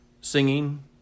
singing